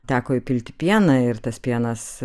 teko įpilti pieną ir tas pienas